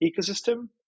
ecosystem